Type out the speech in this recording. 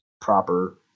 proper